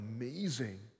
amazing